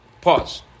pause